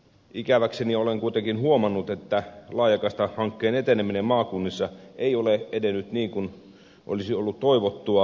ikäväkseni olen kuitenkin huomannut että laajakaistahankkeen eteneminen maakunnissa ei ole edennyt niin kuin olisi ollut toivottua